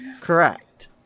Correct